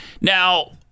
Now